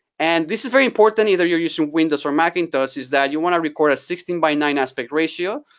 and this is very important, either you're using windows or macintosh, is that you want to record a sixteen by nine aspect ratio,